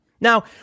Now